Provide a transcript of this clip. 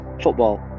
Football